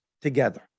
together